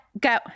Go